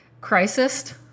crisis